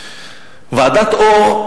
ועדת-אור,